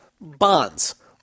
bonds